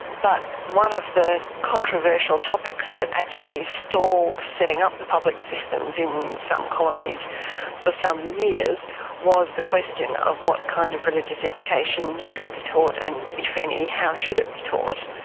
but one of the controversial topics that actually stalled setting up the public systems in some colonies for some years was the question of what kind of religious education should be taught and, if any, how should it be taught.